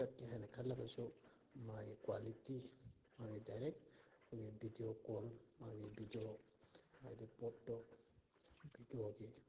ꯀꯛꯀꯦ ꯍꯥꯏꯅ ꯈꯜꯂꯕꯁꯨ ꯃꯥꯒꯤ ꯀ꯭ꯋꯥꯂꯤꯇꯤ ꯃꯥꯒꯤ ꯗꯥꯏꯔꯦꯛ ꯑꯩꯈꯣꯏꯒꯤ ꯚꯤꯗꯤꯑꯣ ꯀꯣꯜ ꯃꯥꯒꯤ ꯚꯤꯗꯤꯑꯣ ꯍꯥꯏꯗꯤ ꯄꯣꯠꯇꯣ ꯚꯤꯗꯤꯑꯣꯒꯤ